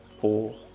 four